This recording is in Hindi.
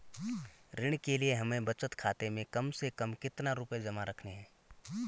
ऋण के लिए हमें बचत खाते में कम से कम कितना रुपये जमा रखने हैं?